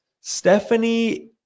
Stephanie